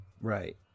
Right